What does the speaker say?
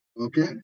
okay